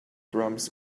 drums